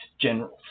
generals